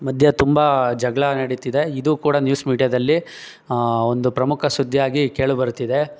ಮಧ್ಯೆ ತುಂಬ ಜಗಳ ನಡಿತಿದೆ ಇದು ಕೂಡ ನ್ಯೂಸ್ ಮೀಡ್ಯಾದಲ್ಲಿ ಒಂದು ಪ್ರಮುಖ ಸುದ್ದಿಯಾಗಿ ಕೇಳಿ ಬರುತ್ತಿದೆ